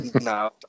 No